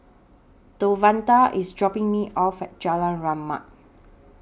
Devontae IS dropping Me off At Jalan Rahmat